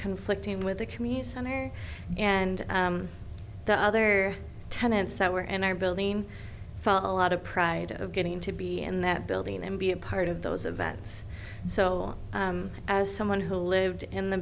conflicting with the community center and the other tenants that were and are building a lot of pride of getting to be in that building and be a part of those events so as someone who lived in the